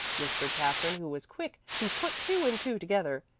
whispered katherine, who was quick to put two and two together,